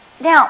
Now